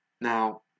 Now